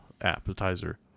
appetizer